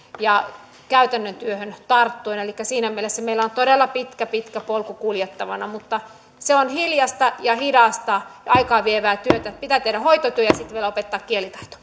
ja käytännön työhön tarttuen elikkä siinä mielessä meillä on todella pitkä pitkä polku kuljettavana mutta se on hiljaista ja hidasta ja aikaavievää työtä pitää tehdä hoitotyö ja sitten vielä opettaa kielitaito